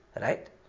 Right